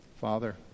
Father